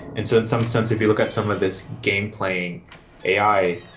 and so in some sense, if you look at some of this game playing ai,